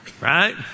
right